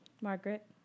Margaret